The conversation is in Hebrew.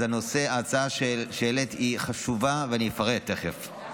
ההצעה שהעלית היא חשובה, ואני אפרט תכף.